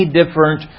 different